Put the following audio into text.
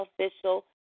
official